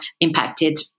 impacted